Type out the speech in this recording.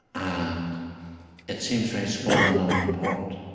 and it seems very small and unimportant,